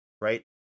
right